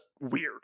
weird